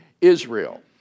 Israel